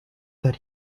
that